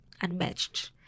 unmatched